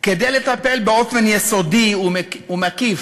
כדי לטפל באופן יסודי ומקיף